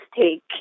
take